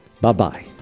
Bye-bye